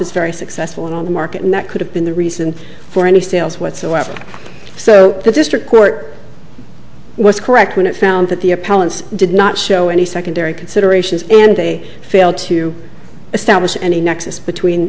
is very successful on the market and that could have been the reason for any sales whatsoever so the district court was correct when it found that the appellant's did not show any secondary considerations and they failed to establish any nexus between